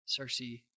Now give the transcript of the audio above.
Cersei